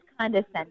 condescending